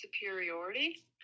superiority